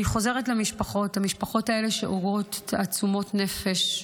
אני חוזרת למשפחות: המשפחות האלה מראות תעצומות נפש,